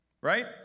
right